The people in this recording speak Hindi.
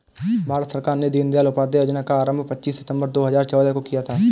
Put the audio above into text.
भारत सरकार ने दीनदयाल उपाध्याय योजना का आरम्भ पच्चीस सितम्बर दो हज़ार चौदह को किया